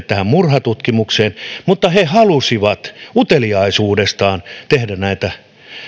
tähän murhatutkimukseen mutta he halusivat uteliaisuudestaan tehdä näitä